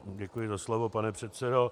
Děkuji za slovo, pane předsedo.